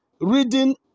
reading